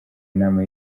inama